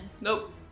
Nope